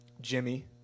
jimmy